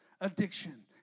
addiction